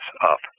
up